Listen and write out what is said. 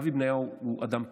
אבי בניהו הוא אדם פרטי,